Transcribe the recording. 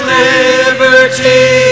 liberty